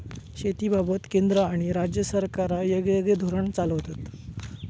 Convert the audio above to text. शेतीबाबत केंद्र आणि राज्य सरकारा येगयेगळे धोरण चालवतत